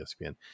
ESPN